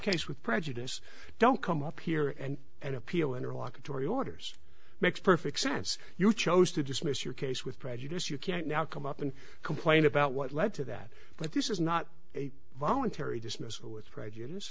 case with prejudice don't come up here and and appeal interlocutory orders makes perfect sense you chose to dismiss your case with prejudice you can't now come up and complain about what led to that but this is not a voluntary dismissed with prejudice